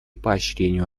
поощрению